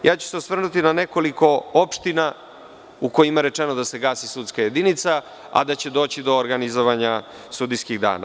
Osvrnuću se na nekoliko opština u kojima je rečeno da se gasi sudska jedinica, a da će doći do organizovanja sudijskih dana.